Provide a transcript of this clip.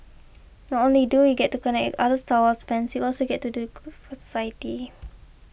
not only do we get to connect other Star Wars fans we also get to do good for society